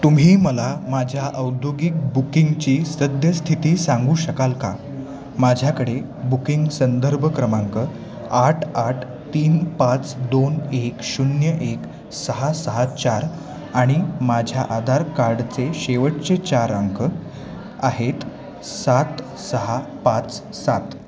तुम्ही मला माझ्या औद्योगिक बुकिंगची सद्यस्थिती सांगू शकाल का माझ्याकडे बुकिंग संदर्भ क्रमांक आठ आठ तीन पाच दोन एक शून्य एक सहा सहा चार आणि माझ्या आधार कार्डचे शेवटचे चार अंक आहेत सात सहा पाच सात